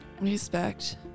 Respect